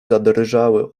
zadrżały